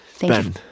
Ben